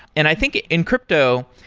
and i think in crypto,